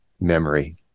memory